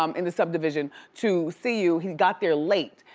um in the subdivision to see you. he got there late,